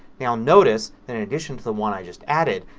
now notice in addition to the one i just added,